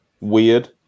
weird